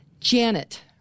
Janet